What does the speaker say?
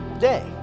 day